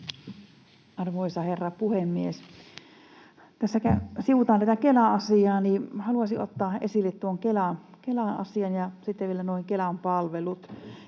Arvoisa herra puhemies! Tässä kun sivutaan tätä Kela-asiaa, niin haluaisin ottaa esille tuon Kelan asian ja sitten vielä nuo Kelan palvelut.